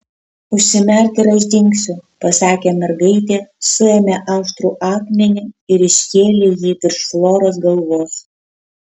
užsimerk ir aš dingsiu pasakė mergaitė suėmė aštrų akmenį ir iškėlė jį virš floros galvos